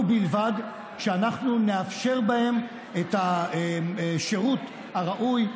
ובלבד שאנחנו נאפשר בהם את השירות הראוי,